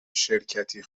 شرکتی